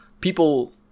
people